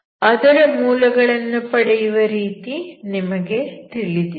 ಅದರ ಮೂಲಗಳನ್ನು ಪಡೆಯುವ ರೀತಿ ನಿಮಗೆ ತಿಳಿದಿದೆ